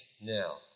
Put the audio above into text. Now